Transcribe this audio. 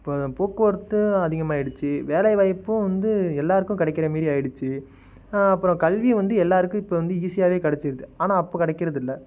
இப்போ போக்குவரத்தும் அதிகமாயிடுச்சு வேலைவாய்ப்பும் வந்து எல்லாருக்கும் கிடைக்கிற மாரி ஆயிடுச்சு அப்புறம் கல்வி வந்து எல்லாருக்கும் இப்போ வந்து ஈஸியாகவே கிடச்சிருது ஆனால் அப்போ கிடைக்கிறதில்ல